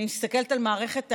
אני מסתכלת על מערכת החינוך,